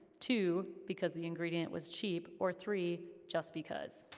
two, because the ingredient was cheap, or three, just because.